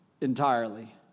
entirely